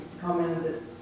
commented